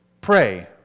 pray